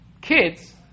kids